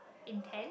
intend